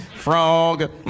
frog